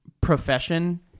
profession